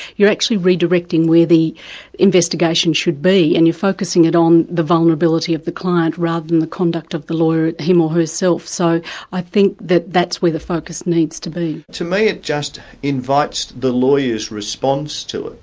you're actually redirecting where the investigation should be, and you're focusing it on the vulnerability of the client rather than the conduct of the lawyer him or herself. so i think that that's where the focus needs to be. to me it just invites the lawyer's response to it.